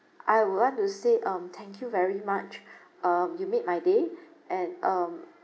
I would want to say um thank you very much um you made my day and um